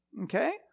Okay